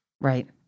Right